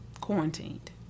quarantined